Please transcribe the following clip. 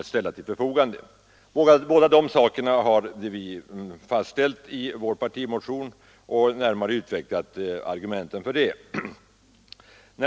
Båda dessa huvudlinjer har vi fastställt i vår partimotion och vi har ytterligare utvecklat argumenten för dem.